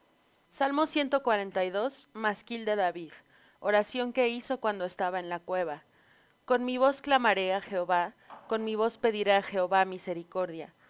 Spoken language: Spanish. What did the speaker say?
mientras yo pasaré adelante masquil de david oración que hizo cuando estaba en la cueva con mi voz clamaré á jehová con mi voz pediré á jehová misericordia